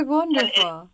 wonderful